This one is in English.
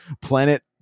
planet